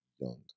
young